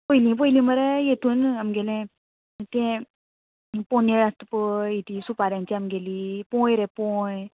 पयलीं पयलीं मरे हेतून आमगेलें तें पोनेळ आसता पय तीं सुपाऱ्यांची आमगेली पोंय रे पोंय